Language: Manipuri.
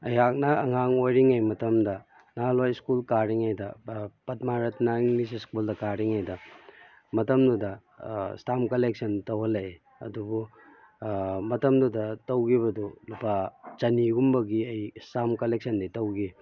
ꯑꯩꯍꯥꯛꯅ ꯑꯉꯥꯡ ꯑꯣꯏꯔꯤꯉꯩ ꯃꯇꯝꯗ ꯅꯍꯥꯜꯋꯥꯏ ꯁ꯭ꯀꯨꯜ ꯀꯥꯔꯤꯉꯩꯗ ꯄꯗꯃꯥ ꯔꯠꯇꯅꯥ ꯏꯪꯂꯤꯁ ꯁ꯭ꯀꯨꯜꯗ ꯀꯥꯔꯤꯉꯩꯗ ꯃꯇꯝꯗꯨꯗ ꯏꯁꯇꯥꯝ ꯀꯂꯛꯁꯟ ꯇꯧꯍꯜꯂꯛꯏ ꯑꯗꯨꯕꯨ ꯃꯇꯝꯗꯨꯗ ꯇꯧꯈꯤꯕꯗꯨ ꯂꯨꯄꯥ ꯆꯅꯤꯒꯨꯝꯕꯒꯤ ꯑꯩ ꯏꯁꯇꯥꯝ ꯀꯂꯦꯛꯁꯟꯗꯤ ꯇꯧꯈꯤ